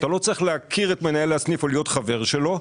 אתה לא צריך להכיר את מנהל הסניף או להיות חבר שלו.